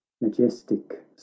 majestic